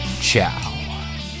Ciao